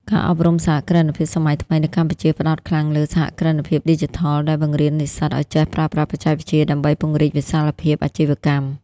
ការអប់រំសហគ្រិនភាពសម័យថ្មីនៅកម្ពុជា ផ្ដោតខ្លាំងលើ "សហគ្រិនភាពឌីជីថល" ដែលបង្រៀននិស្សិតឱ្យចេះប្រើប្រាស់បច្ចេកវិទ្យាដើម្បីពង្រីកវិសាលភាពអាជីវកម្ម។